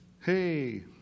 Hey